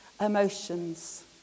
emotions